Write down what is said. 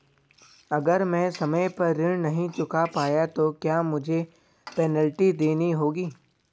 अगर मैं समय पर ऋण नहीं चुका पाया तो क्या मुझे पेनल्टी देनी होगी?